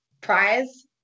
prize